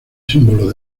símbolo